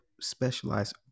specialize